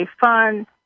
fund